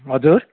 हजुर